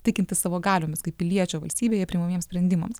tikintis savo galiomis kaip piliečio valstybėje priimamiems sprendimams